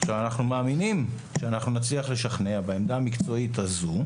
אנחנו מאמינים שאנחנו נצליח לשכנע בעמדה המקצועית הזו,